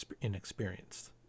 inexperienced